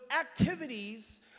activities